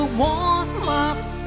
warm-ups